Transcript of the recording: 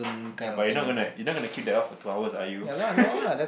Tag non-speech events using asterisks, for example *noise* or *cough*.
you're but you're not gonna like you're going to keep that up for two hours are you *laughs*